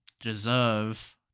deserve